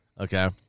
Okay